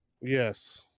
Yes